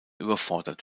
überfordert